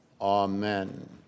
Amen